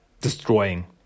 destroying